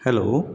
hello